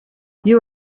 you